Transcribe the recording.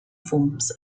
forms